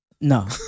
no